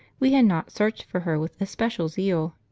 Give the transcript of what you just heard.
we had not searched for her with especial zeal.